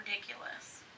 ridiculous